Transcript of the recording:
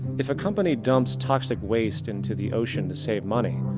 if a company dumps toxic waste into the ocean to save money,